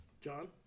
John